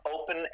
open